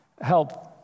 help